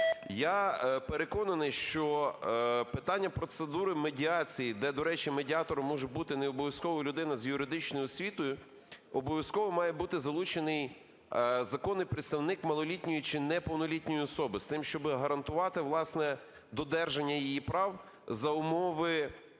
Я переконаний, що питання процедури медіації, де, до речі, медіатор може бути не обов'язково людина з юридичною освітою, обов'язково має бути залучений законний представник малолітньої чи неповнолітньої особи, з тим щоби гарантувати, власне, додержання її прав за умови